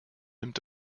nimmt